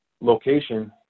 location